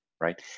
right